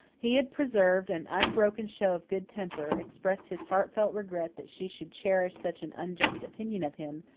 he had preserved an unbroken show of good temper, expressed his heartfelt regret that she should cherish such an unjust opinion of him,